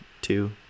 two